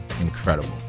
Incredible